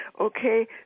okay